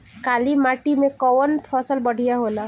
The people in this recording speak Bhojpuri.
काली माटी मै कवन फसल बढ़िया होला?